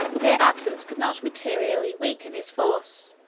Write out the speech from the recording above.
their absence could not materially weaken his force,